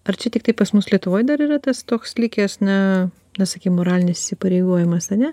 ar čia tiktai pas mus lietuvoj dar yra tas toks likęs na na sakei moralinis įpareigojimas ane